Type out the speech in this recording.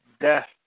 death